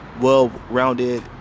well-rounded